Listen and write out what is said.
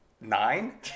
nine